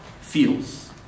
feels